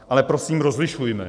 Ale prosím, rozlišujme.